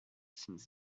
since